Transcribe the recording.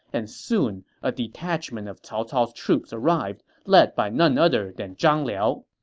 and soon a detachment of cao cao's troops arrived, led by none other than zhang liao.